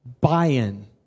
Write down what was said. buy-in